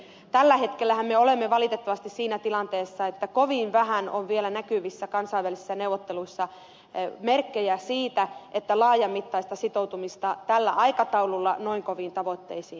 tällä hetkellähän me olemme valitettavasti siinä tilanteessa että kovin vähän on vielä näkyvissä kansainvälisissä neuvotteluissa merkkejä siitä että laajamittaista sitoutumista tällä aikataululla noin koviin tavoitteisiin syntyisi